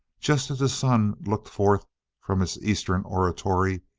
just as the sun looked forth from its eastern oratory,